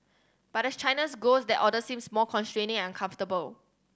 but as China's grows that order seems more constraining and comfortable